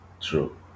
true